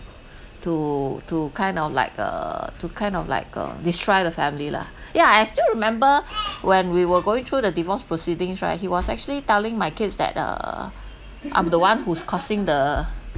to to kind of like uh to kind of like uh destroy the family lah yeah I still remember when we were going through the divorce proceedings right he was actually telling my kids that uh I'm the one who's causing the